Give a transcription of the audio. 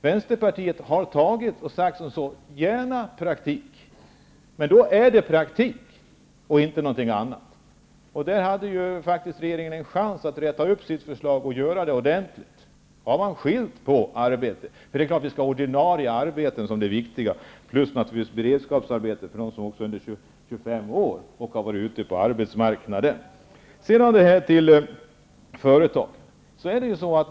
Vänsterpartiet säger ja till praktik, men då är det praktik det handlar om och inte något annat. Regeringen har haft chans att räta upp sitt förslag till något ordentligt. Nu har man i stället skiljt på arbete och arbete. Ordinarie arbeten är viktiga. Det är också viktigt med beredskapsarbeten för de som är under 25 år och som har varit ute på arbetsmarknaden. Så till företagen.